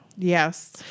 Yes